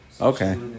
Okay